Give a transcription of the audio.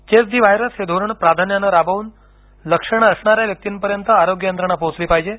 chess the virus हे धोरण प्राधान्याने राबवून लक्षणे असणाऱ्या व्यक्तीपर्यंत आरोग्य यंत्रणा पोहोचली पाहिजे